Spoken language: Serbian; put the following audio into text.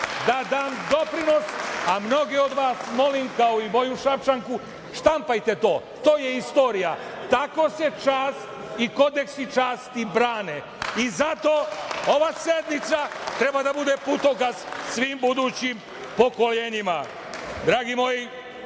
da dam doprinos, a mnoge od vas molim, kao i moju Šapčanku, štampajte to, to je istorija, tako se čast i kodeksi časti brane. I zato ova sednica treba da bude putokaz svim budućim pokoljenjima. Dragi moji,